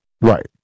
Right